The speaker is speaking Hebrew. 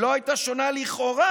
שלא הייתה שונה, לכאורה,